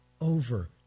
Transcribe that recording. over